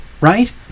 right